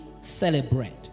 celebrate